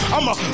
I'ma